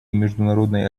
международной